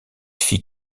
fit